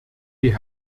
die